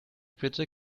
bitte